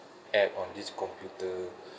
app on this computer